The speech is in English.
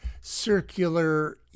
circular